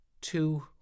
Two